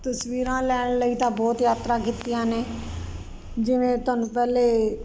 ਤਸਵੀਰਾਂ ਲੈਣ ਲਈ ਤਾਂ ਬਹੁਤ ਯਾਤਰਾ ਕੀਤੀਆਂ ਨੇ ਜਿਵੇਂ ਤੁਹਾਨੂੰ ਪਹਿਲੇ